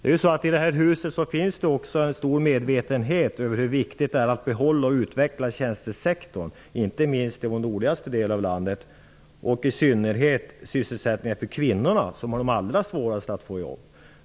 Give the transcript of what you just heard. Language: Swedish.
Här i huset finns också en stor medvetenhet om hur viktigt det är att behålla och utveckla tjänstesektorn, inte minst i den nordligaste delen av landet. Det gäller i synnerhet sysselsättningen för kvinnorna, som har allra svårast att få jobb.